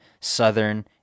southern